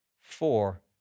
Four